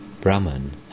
Brahman